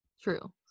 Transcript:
true